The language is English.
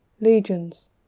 legions